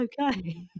okay